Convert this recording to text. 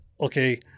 okay